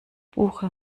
buche